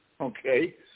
okay